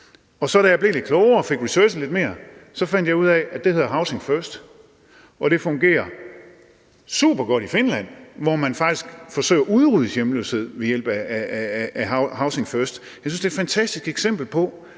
da jeg så blev lidt klogere og fik researchet lidt mere, fandt jeg ud af, at det hedder Housing First, og at det fungerer supergodt i Finland, hvor man faktisk forsøger at udrydde hjemløshed ved hjælp af Housing First. Jeg synes, det er et fantastisk eksempel på,